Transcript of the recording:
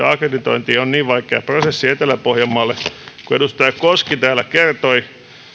akkreditointi on niin vaikea prosessi etelä pohjanmaalle kuin edustaja koski täällä kertoi